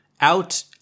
out